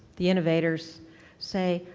the innovators say,